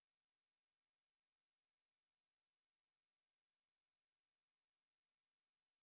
ya Harry-Potter didn't have a lot of personalities actually comes in a did you is it